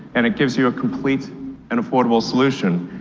and it gives you a complete and affordable solution,